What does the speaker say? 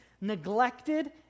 neglected